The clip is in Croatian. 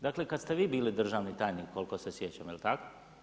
Dakle, kad ste vi bili državni tajnik koliko se sjećam, jel' tako?